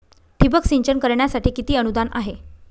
ठिबक सिंचन करण्यासाठी किती अनुदान आहे?